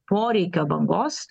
poreikio bangos